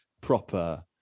proper